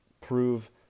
prove